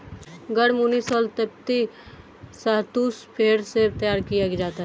गर्म ऊनी शॉल तिब्बती शहतूश भेड़ से तैयार किया जाता है